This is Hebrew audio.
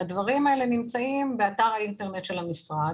והדברים האלה נמצאים באתר האינטרנט של המשרד.